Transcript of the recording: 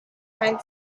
going